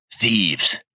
thieves